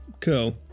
Cool